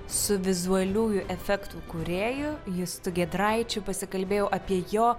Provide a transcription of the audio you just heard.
su vizualiųjų efektų kūrėju justu giedraičiu pasikalbėjau apie jo